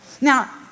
now